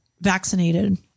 vaccinated